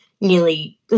nearly